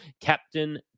Captain